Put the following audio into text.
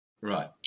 Right